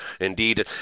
indeed